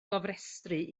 gofrestru